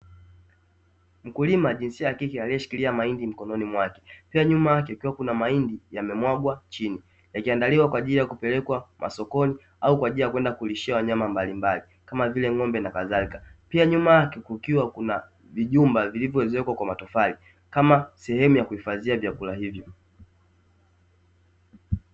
Mkulima jinsia ya kike aliyeshikilia mahindi mkononi mwake. Pia nyuma kukiwa na mahindi yamemwagwa chini yakiandaliwa kwa ajili ya kupelekwa masokoni au kwa ajili ya kwenda kulishia wanyama mbalimbali, kama vile ng'ombe na kadhalika. Pia nyuma yake kukiwa kuna vijumba vilivyoezekwa kwa matofali kama sehemu ya kuhifadhia vyakula hivyo.